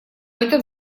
этом